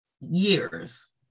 years